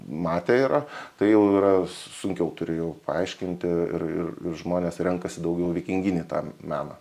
matę yra tai jau yra sunkiau turiu jau paaiškinti ir ir žmonės renkasi daugiau vikinginį tą meną